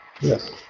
Yes